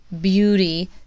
beauty